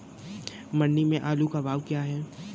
मंडी में आलू का भाव क्या है?